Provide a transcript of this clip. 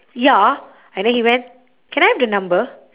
ya and then he went can I have the number